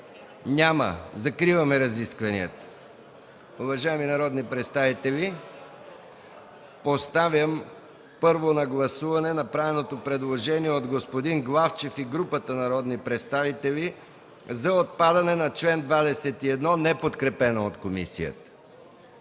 Няма. Закриваме разискванията. Уважаеми народни представители, поставям първо на гласуване направеното предложение от господин Главчев и групата народни представители за отпадане на чл. 21, неподкрепено от комисията.